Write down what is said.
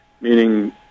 meaning